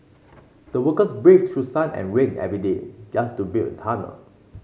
the workers braved through sun and rain every day just to build the tunnel